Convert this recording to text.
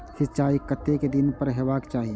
सिंचाई कतेक दिन पर हेबाक चाही?